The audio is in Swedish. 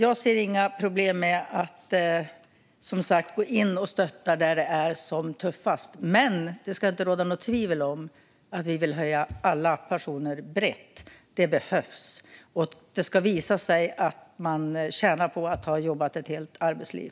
Jag ser inga problem med att gå in och stötta där det är som tuffast, men det ska inte råda något tvivel om att vi vill höja alla pensioner brett. Det behövs. Det ska visa sig att man tjänar på att ha jobbat ett helt arbetsliv.